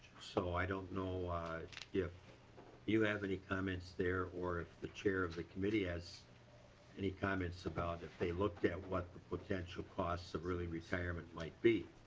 so i dont know yeah if you have any comments there or if the chair of the committee has any comments about if they looked at what the potential cost of early retirement might be.